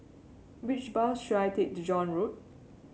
which bus should I take to John Road